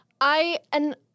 I—and—